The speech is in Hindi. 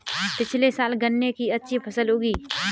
पिछले साल गन्ने की अच्छी फसल उगी